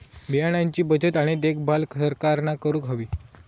बियाणांची बचत आणि देखभाल सरकारना करूक हवी